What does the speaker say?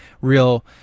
real